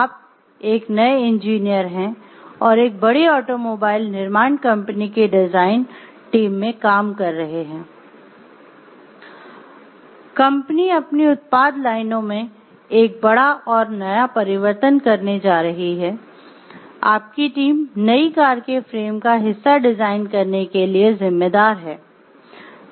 आप एक नए इंजीनियर हैं और एक बड़ी ऑटोमोबाइल निर्माण कंपनी की डिजाइन टीम में काम कर रहे हैं कंपनी अपनी उत्पाद लाइनों में एक बड़ा और नया परिवर्तन करने जा रही है आपकी टीम नई कार के फ्रेम का हिस्सा डिजाइन करने के लिए जिम्मेदार है